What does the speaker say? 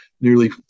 nearly